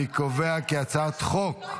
אני קובע כי הצעת חוק,